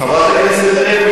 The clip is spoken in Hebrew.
חברת הכנסת לוי,